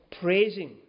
praising